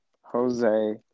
Jose